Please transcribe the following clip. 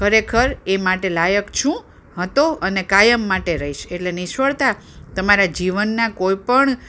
ખરેખર એ માટે લાયક છું હતો અને કાયમ માટે રહીશ એટલે નિષ્ફળતા તમારા જીવનનાં કોઈપણ